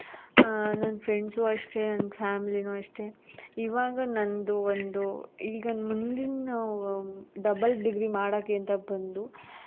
ನನ್ನ ಫ್ರೆಂಡ್ಸೂ ಅಷ್ಟೇ ನನ್ನ ಫ್ಯಾಮಿಲಿಯೂ ಅಷ್ಟೇ ಇವಾಗ ನನ್ನದು ಒಂದು ಈಗಿನ ಮುಂದಿನ ಡಬಲ್ ಡಿಗ್ರಿ ಮಾಡಕ್ಕೆ ಅಂತ ಬಂದು